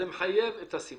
זה מחייב את הסימון.